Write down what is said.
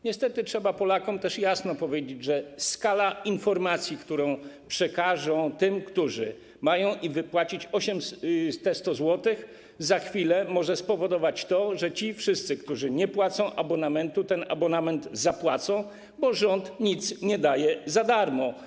Niestety trzeba Polakom też jasno powiedzieć, że skala informacji, którą przekażą tym, którzy mają im wypłacić te 100 zł, za chwilę może spowodować to, że ci wszyscy, którzy nie płacą abonamentu, zapłacą go, bo rząd nic nie daje za darmo.